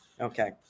Okay